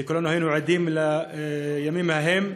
וכולנו היינו עדים לימים ההם.